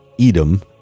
Edom